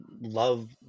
love